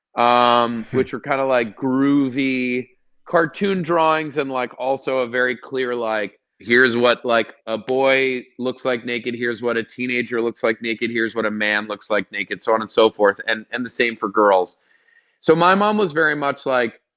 um which were kind of like groovy cartoon drawings and, like, also a very clear, like, here's what, like, a boy looks like naked, here's what a teenager looks like naked, here's what a man looks like naked so on and so forth and and the same for girls so my mom was very much like,